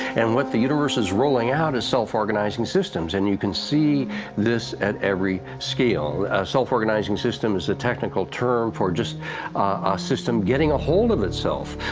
and what the universe is rolling out is self-organizing systems, and you can see this at every scale. a self-organizing system is a technical term for just a system getting ahold of itself,